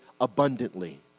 abundantly